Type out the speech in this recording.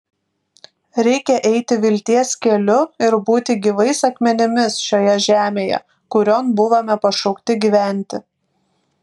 reikia eiti vilties keliu ir būti gyvais akmenimis šioje žemėje kurion buvome pašaukti gyventi